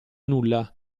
nulla